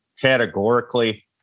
categorically